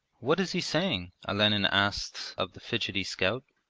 what is he saying olenin asked of the fidgety scout.